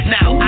Now